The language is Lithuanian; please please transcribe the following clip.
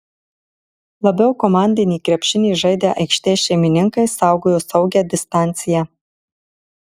labiau komandinį krepšinį žaidę aikštės šeimininkai saugojo saugią distanciją